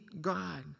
God